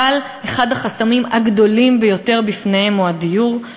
אבל אחד החסמים הגדולים ביותר בפניהן הוא הדיור,